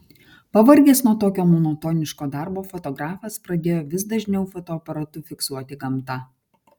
pavargęs nuo tokio monotoniško darbo fotografas pradėjo vis dažniau fotoaparatu fiksuoti gamtą